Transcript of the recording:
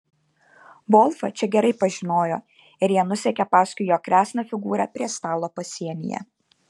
volfą čia gerai pažinojo ir jie nusekė paskui jo kresną figūrą prie stalo pasienyje